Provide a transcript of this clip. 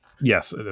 Yes